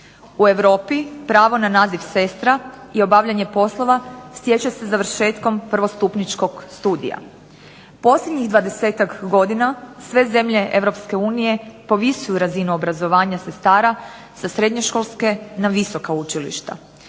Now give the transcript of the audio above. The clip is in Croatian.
u Europi pravo na naziv sestra i obavljanje poslova stječe se završetkom prvostupničkog studija. Posljednjih 20-ak godina sve zemlje Europske unije povisuju razinu obrazovanja sestara sa srednjoškolske na visoka učilišta.